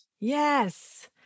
Yes